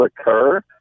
occur